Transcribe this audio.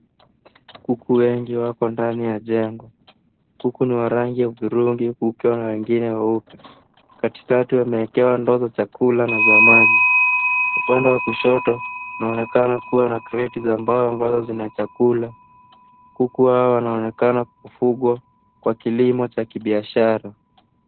Kuku wengi wako ndani ya jengo. Kuku ni wa rangi ya hudhurungi kukiwa wengine weupe. Katikati wamewekewa ndoo za chakula na za maji. Upande wa kushoto kunaonekana kuwa na kreti za mbao ambazo zina chakula. Kuku hao wanaonekana kufugwa kwa kilimo cha kibiashara.